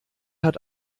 hat